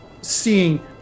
seeing